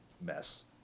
mess